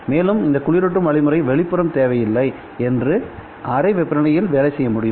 மேலும் இதற்கு குளிரூட்டும் வழிமுறை வெளிப்புறம் தேவையில்லை மற்றும் இது அறை வெப்பநிலையில் வேலை செய்ய முடியும்